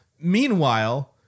meanwhile